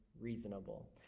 reasonable